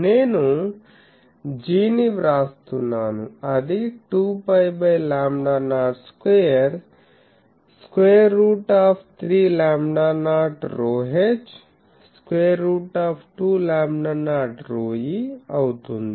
నేను G ని వ్రాస్తున్నాను అది 2 π by lambda naught square square root of 3 lambda naught ρhస్క్వేర్ root of 2 lambda naught ρe అవుతుంది